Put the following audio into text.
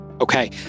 Okay